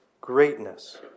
greatness